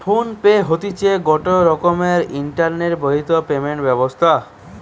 phone pay হতিছে গটে রকমের ইন্টারনেট বাহিত পেমেন্ট ব্যবস্থা